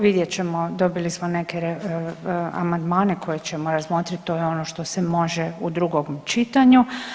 Vidjet ćemo, dobili smo neke amandmane koje ćemo razmotrit, to je ono što se može u drugom čitanju.